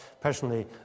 Personally